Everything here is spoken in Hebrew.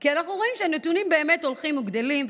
כי אנחנו רואים שהנתונים הולכים וגדלים,